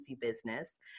business